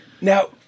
Now